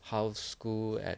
how's school at